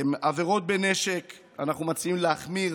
בעבירות בנשק אנחנו מציעים להחמיר